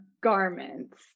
garments